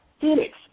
Phoenix